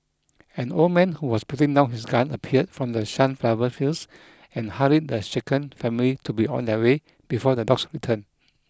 an old man who was putting down his gun appeared from the sunflower fields and hurried the shaken family to be on their way before the dogs return